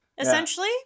essentially